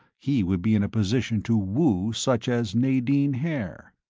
he would be in a position to woo such as nadine haer.